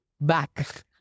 back